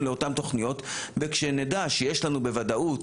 לאותן תכניות וכשנדע שיש לנו בוודאות,